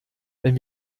wenn